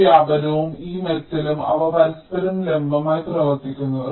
ഈ വ്യാപനവും ഈ മെറ്റലും അവ പരസ്പരം ലംബമായി പ്രവർത്തിക്കുന്നു